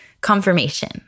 Confirmation